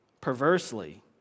perversely